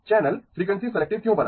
channel frequency selective क्यों बना